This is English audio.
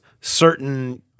certain